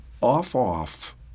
off-off